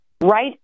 right